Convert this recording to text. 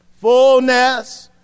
Fullness